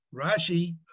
Rashi